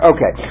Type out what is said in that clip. Okay